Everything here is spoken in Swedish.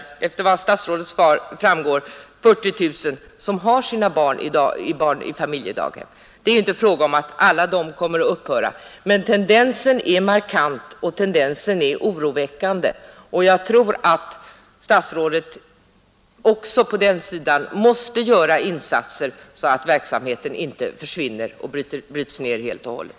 Efter vad som framgår av statsrådets svar är det 40 000 som har sina barn i familjedaghem, Det är inte fråga om att alla de hemmen kommer att upphöra, men tendensen är markant och oroväckande. Jag tror att statsrådet också på den sidan måste göra insatser, så att verksamheten inte försvinner och bryts ner helt och hållet.